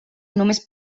només